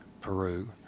Peru